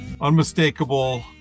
Unmistakable